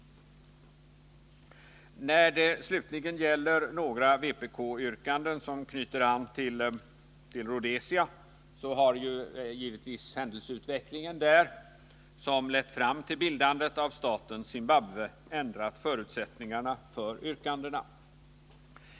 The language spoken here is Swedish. När det slutligen gäller några vpk-yrkanden som knyter an till Rhodesia har ju händelseutvecklingen där, som lett fram till bildandet av staten Zimbabwe, ändrat förutsättningarna för yrkandena.